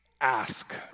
ask